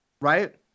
right